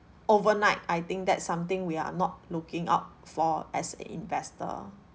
overnight I think that's something we're not looking out for as a investor